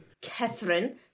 Catherine